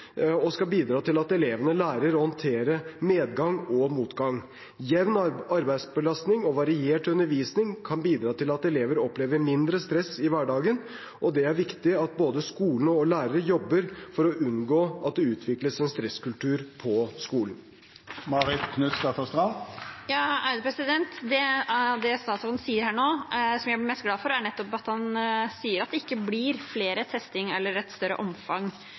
skal bidra til at elevene lærer å håndtere medgang og motgang. Jevn arbeidsbelastning og variert undervisning kan bidra til at elever opplever mindre stress i hverdagen, og det er viktig at både skolen og lærere jobber for å unngå at det utvikles en stresskultur på skolen. Det statsråden sier nå som jeg blir mest glad for, er nettopp at det ikke blir flere tester eller et større omfang